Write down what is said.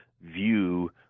view